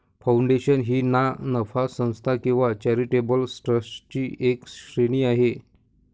foundation ही ना नफा संस्था किंवा चॅरिटेबल ट्रस्टची एक श्रेणी आहे